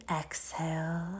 exhale